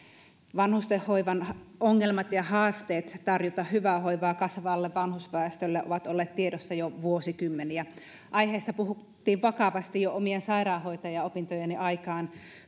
vanhustenhoivan ongelmat ja haasteet tarjota hyvää hoivaa kasvavalle vanhusväestölle ovat olleet tiedossa jo vuosikymmeniä aiheesta puhuttiin vakavasti jo omien sairaanhoitajaopintojeni aikaan